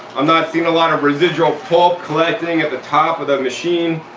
i'm not seeing a lot of residual pulp collecting at the top of the machine.